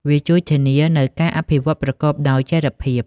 វាជួយធានានូវការអភិវឌ្ឍប្រកបដោយចីរភាព។